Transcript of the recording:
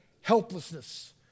helplessness